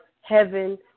heaven